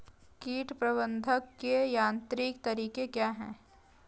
कीट प्रबंधक के यांत्रिक तरीके क्या हैं?